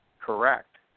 correct